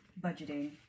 budgeting